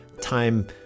time